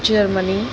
Germany